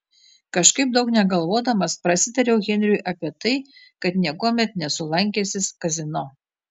kažkaip daug negalvodamas prasitariau henriui apie tai kad niekuomet nesu lankęsis kazino